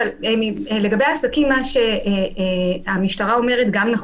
אבל לגבי עסקים מה שהמשטרה אומרת גם נכון.